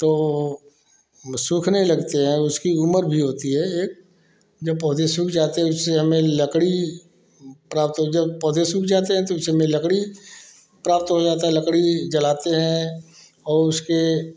तो वो सूखने लगते हैं उसकी उमर भी होती है जब पौधे सूख जाते हैं उससे हमें लकड़ी प्राप्त होती जब पौधे सूख जाते हैं तो उससे हमें लकड़ी प्राप्त हो जाता लकड़ी जलाते हैं और उसके